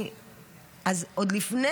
עוד לפני.